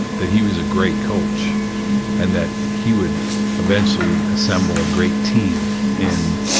that he was a great coach and that he would eventually assemble a great team in,